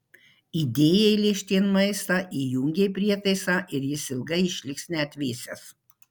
įdėjai lėkštėn maistą įjungei prietaisą ir jis ilgai išliks neatvėsęs